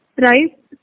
right